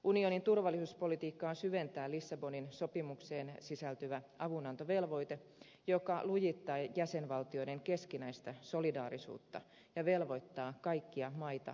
unionin turvallisuuspolitiikkaa syventää lissabonin sopimukseen sisältyvä avunantovelvoite joka lujittaa jäsenvaltioiden keskinäistä solidaarisuutta ja velvoittaa kaikkia maita yhtäläisesti